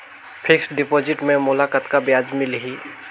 Fixed deposit मे मोला कतका ब्याज मिलही?